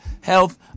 Health